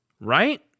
Right